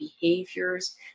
behaviors